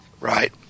Right